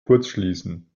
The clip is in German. kurzschließen